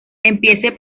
empiece